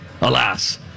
alas